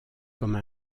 comme